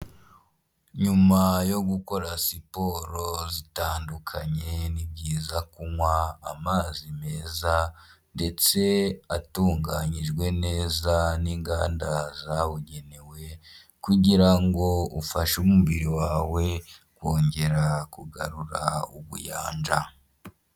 Nyuma yo gukora siporo zitandukanye ni byiza kunywa amazi meza ndetse atunganyijwe neza n'inganda zabugenewe kugira ngo ufashe umubiri wawe kongera kugarura ubuyanja.